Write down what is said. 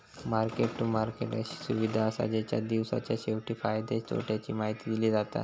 market to market अशी सुविधा असा जेच्यात दिवसाच्या शेवटी फायद्या तोट्याची माहिती दिली जाता